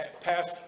passed